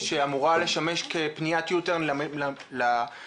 שאמורה לשמש כפניית פרסה לרכבת,